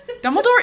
Dumbledore